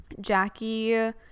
jackie